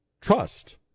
trust